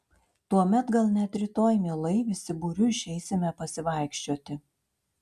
tuomet gal net rytoj mielai visi būriu išeisime pasivaikščioti